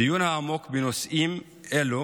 הדיון העמוק בנושאים אלו